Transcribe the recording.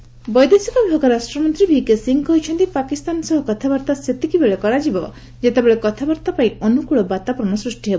V K Singh Pak ବୈଦେଶିକ ବିଭାଗ ରାଷ୍ଟ୍ରମନ୍ତ୍ରୀ ଭିକେ ସିଂ କହିଛନ୍ତି ପାକିସ୍ତାନ ସହ କଥାବାର୍ତ୍ତା ସେତିକିବେଳେ କରାଯିବ ଯେତେବେଳେ କଥାବାର୍ତ୍ତାପାଇଁ ଅନୁକୂଳ ବାତାବରଣ ସ୍ଚୁଷ୍ଟି ହେବ